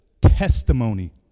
testimony